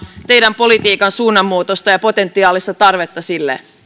teidän politiikkanne suunnanmuutosta ja potentiaalista tarvetta sille